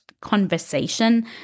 conversation